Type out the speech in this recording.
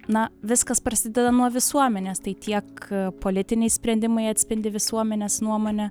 na viskas prasideda nuo visuomenės tai tiek politiniai sprendimai atspindi visuomenės nuomonę